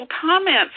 comments